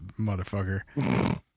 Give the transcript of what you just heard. motherfucker